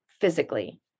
physically